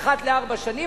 אחת לארבע שנים,